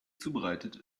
zubereitet